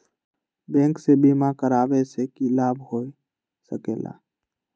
Bank से बिमा करावे से की लाभ होई सकेला?